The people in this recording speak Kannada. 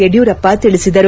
ಯಡಿಯೂರಪ್ಪ ತಿಳಿಸಿದರು